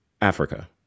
Africa